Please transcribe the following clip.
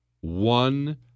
One